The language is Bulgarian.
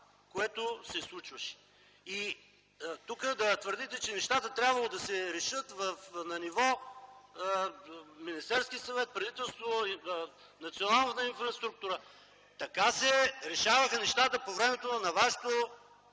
което се случваше. Да твърдите, че нещата трябвало да се решат на ниво Министерски съвет, правителство, национална инфраструктура – така се решаваха нещата по време на вашето